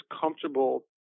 comfortable